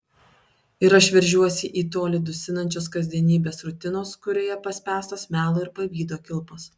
ir aš veržiuosi į tolį dusinančios kasdienybės rutinos kurioje paspęstos melo ir pavydo kilpos